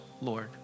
Lord